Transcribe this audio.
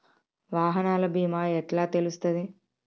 వాహనాల బీమా ఎట్ల తెలుస్తది?